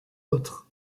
autres